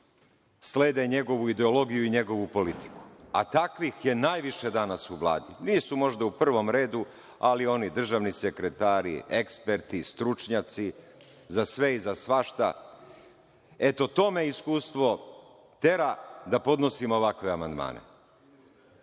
slede njegovu ideologiju i njegovu politiku, a takvih je najviše danas u Vladi. Nisu možda u prvom redu, ali oni državni sekretari, eksperti, stručnjaci, za sve i svašta. Eto, to me iskustvo tera da podnosim ovakve amandmane.